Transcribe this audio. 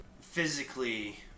physically